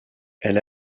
elle